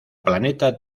planeta